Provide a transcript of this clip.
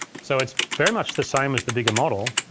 so it's very much the same as the bigger model.